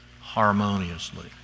harmoniously